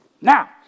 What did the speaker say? Now